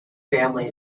family